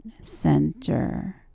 center